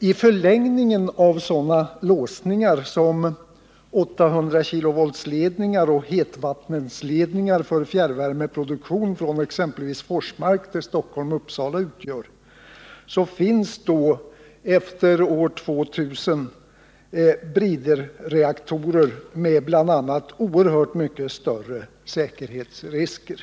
I förlängningen av sådana låsningar, som 800-kilovoltsledningar och hetvattenledningar för fjärrvärmeproduktion från exempelvis Forsmark till Stockholm och Uppsala utgör, finns det efter år 2000 bridreaktorer med bl.a. oerhört mycket större säkerhetsrisker.